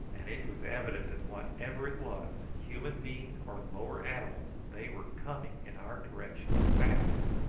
and it was evident that whatever it was, human being or lower animals, they were coming in our direction fast.